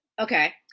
Okay